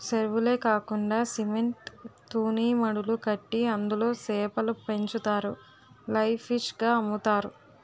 సెరువులే కాకండా సిమెంట్ తూనీమడులు కట్టి అందులో సేపలు పెంచుతారు లైవ్ ఫిష్ గ అమ్ముతారు